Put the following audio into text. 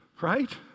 Right